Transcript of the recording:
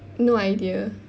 no idea